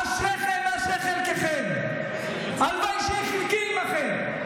אשריכם, אשרי חלקכם, הלוואי שיהיה חלקי עימכם.